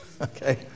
okay